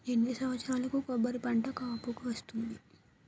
ఎన్ని సంవత్సరాలకు కొబ్బరి పంట కాపుకి వస్తుంది?